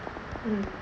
mm